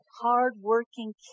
hardworking